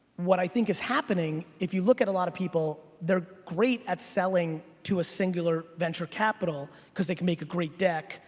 what i think is happening if you look at a lot of people, they're great at selling to a singular venture capital cause they can make a great deck,